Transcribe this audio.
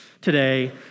today